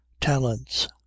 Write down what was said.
talents